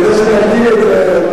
כדאי שנגדיר את זה.